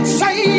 say